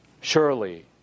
Surely